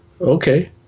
Okay